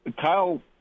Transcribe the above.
Kyle